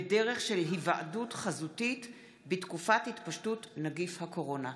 בדרך של היוועדות חזותית בתקופת התפשטות נגיף הקורונה.